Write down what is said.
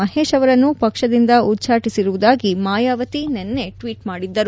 ಮಹೇಶ್ ಅವರನ್ನು ಪಕ್ಷದಿಂದ ಉಚ್ಚಾಟಿಸಿರುವುದಾಗಿ ಮಾಯಾವತಿ ನಿನ್ನೆ ಟ್ವಿಟ್ ಮಾಡಿದ್ದರು